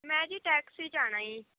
ਮੈਂ ਜੀ ਟੈਕਸੀ 'ਚ ਆਉਣਾ ਜੀ